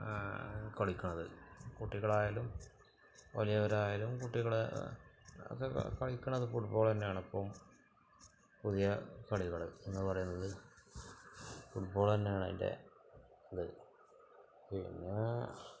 കളിക്കുന്നത് കുട്ടികളായാലും വലിയവരായാലും കുട്ടികള് ഒക്കെ കളിക്കുന്നത് ഫുട്ബോള് തന്നെയാണ് ഇപ്പോള് പുതിയ കളികള് എന്നുപറയുന്നത് ഫുട്ബോള് തന്നെയാണ് അതിൻ്റെ അത് പിന്നെ